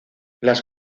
las